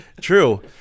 True